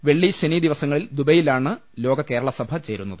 വെള്ളി ശനി ദിവസങ്ങളിൽ ദുബൈയിലാണ് ലോക കേരള സഭ ചേരുന്നത്